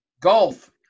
Golf